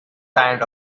kind